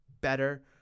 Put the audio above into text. better